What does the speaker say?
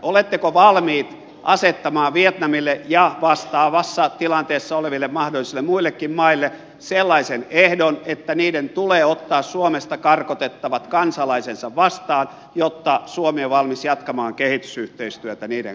oletteko valmis asettamaan vietnamille ja vastaavassa tilanteessa oleville mahdollisille muillekin maille sellaisen ehdon että niiden tulee ottaa suomesta karkotettavat kansalaisensa vastaan jotta suomi on valmis jatkamaan kehitysyhteistyötä niiden kanssa